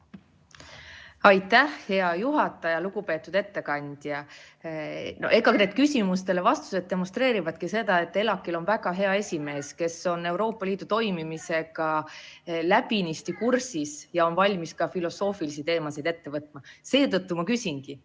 Aitäh, hea juhataja! Lugupeetud ettekandja! Need vastused küsimustele demonstreerivadki seda, et ELAK-il on väga hea esimees, kes on Euroopa Liidu toimimisega läbinisti kursis ja on valmis ka filosoofilisi teemasid ette võtma. Seetõttu ma küsingi,